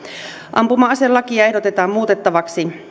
ampuma aselakia ehdotetaan muutettavaksi